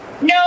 No